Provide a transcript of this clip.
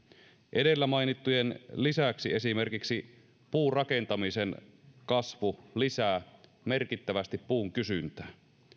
edellä mainittujen lisäksi esimerkiksi puurakentamisen kasvu lisää merkittävästi puun kysyntää